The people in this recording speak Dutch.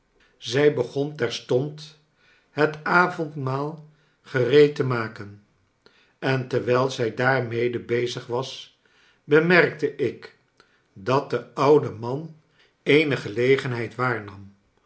zij begon terstond het avondmaal gereed te maken en terwijl zij daarmede bezig was bemerkte ik dat de oude man eene gelegenheid waarnam